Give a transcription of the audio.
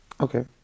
Okay